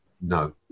No